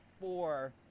four